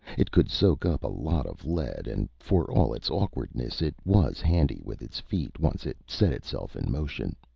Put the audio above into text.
it could soak up a lot of lead, and for all its awkwardness, it was handy with its feet once it set itself in motion.